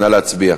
נא להצביע.